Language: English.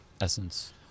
essence